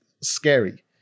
scary